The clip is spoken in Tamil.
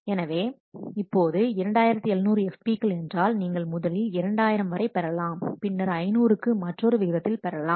எனவே இப்போது 2700 FP கள் என்றால் நீங்கள் முதலில் 2000 வரை பெறலாம் பின்னர் 500 க்கு மற்றொரு விகிதத்தில் பெறலாம்